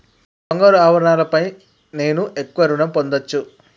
నా బంగారు ఆభరణాలపై నేను ఎక్కడ రుణం పొందచ్చు?